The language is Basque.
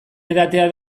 edatea